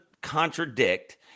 contradict